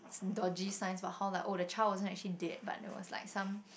dodgy signs like how oh the child wasn't actually dead but there was like some